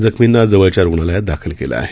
जखमींना जवळच्या रुग्णालयात दाखल केलं आहे